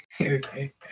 Okay